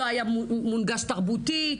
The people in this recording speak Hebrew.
לא היה מונגש תרבותית.